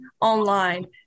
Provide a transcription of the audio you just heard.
online